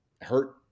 hurt